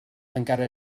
encara